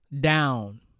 down